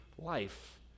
life